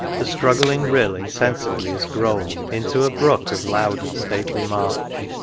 the struggling rill insensibly is grown into a brook of loud and stately march,